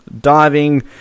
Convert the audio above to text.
diving